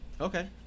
Okay